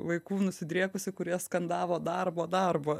vaikų nusidriekusi kurie skandavo darbo darbo